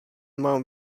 mám